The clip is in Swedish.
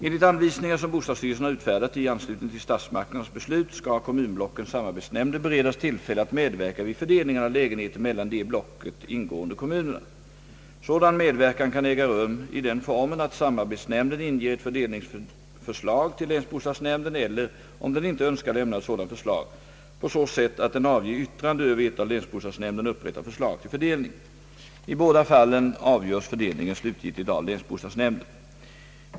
Enligt anvisningar som bostadsstyrelsen har utfärdat i anslutning till statsmakternas beslut skall kommunblockens samarbetsnämnder beredas tillfälle att medverka vid fördelningen av lägenheter mellan de i blocket ingående kommunerna. Sådan medverkan kan äga rum i den formen att samarbetsnämnden inger ett fördelningsförslag till länsbostadsnämnden eller — om den inte önskar lämna ett sådant förslag — på så sätt att den avger yttrande över ett av länsbostadsnämnden upprättat förslag till fördelning. I båda fallen avgörs fördelningen slutgiltigt av länsbostadsnämnden.